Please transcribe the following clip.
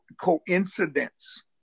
coincidence